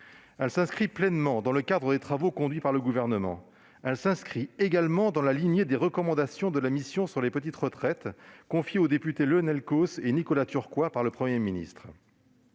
Elle s'inscrit pleinement dans le cadre des travaux conduits par le Gouvernement. Elle s'inscrit également dans la lignée des recommandations de la mission sur les petites retraites confiée aux députés Lionel Causse et Nicolas Turquois par le Premier ministre.